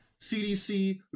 CDC